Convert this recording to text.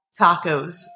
tacos